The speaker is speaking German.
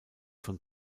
von